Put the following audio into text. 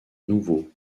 nouveau